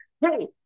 Hey